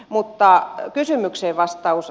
mutta kysymykseen vastaus